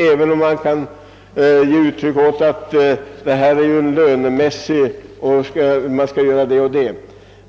Även om man kan ge uttryck åt att detta är en lönemässig uppgift,